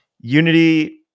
Unity